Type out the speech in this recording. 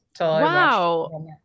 Wow